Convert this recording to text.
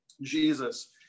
Jesus